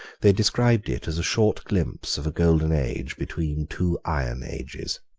they described it as a short glimpse of a golden age between two iron ages.